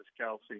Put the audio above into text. Kelsey